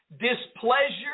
displeasure